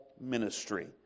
ministry